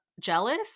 jealous